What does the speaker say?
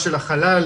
מבחינת כמות הבדיקות